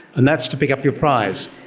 and that's to pick up your prize?